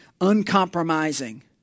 uncompromising